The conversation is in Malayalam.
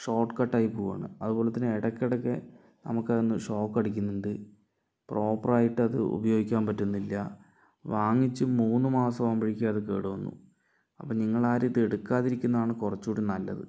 ഷോട്ട് കട്ടായി പോകുന്നു അതുപോലെ തന്നെ ഇടയ്ക്ക് എടക്ക് നമുക്ക് അതിന്ന് ഷോക്ക് അടിക്കുന്നുണ്ട് പ്രോപ്പറായിട്ട് അത് ഉപയോഗിക്കാൻ പറ്റുന്നില്ല വാങ്ങിച്ച് മൂന്ന് മാസം ആകുമ്പഴേക്കും അത് കേട് വന്നു അപ്പം നിങ്ങൾ ആരും ഇത് എടുക്കാതെ ഇരിക്കുന്നതാണ് കുറച്ചുകൂടെ നല്ലത്